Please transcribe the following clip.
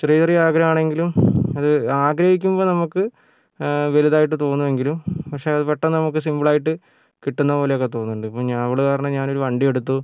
ചെറിയ ചെറിയ ആഗ്രഹാണെങ്കിലും അത് ആഗ്രഹിക്കുമ്പോൾ നമുക്ക് വലുതായിട്ട് തോന്നുമെങ്കിലും പക്ഷെ അത് പെട്ടെന്ന് നമുക്ക് സിംപിൾ ആയിട്ട് കിട്ടുന്നത് പോലെയൊക്കെ തോന്നുന്നുണ്ട് ഇപ്പോൾ ഞാൻ അവള് കാരണം ഞാനൊരു വണ്ടി എടുത്തു